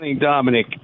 dominic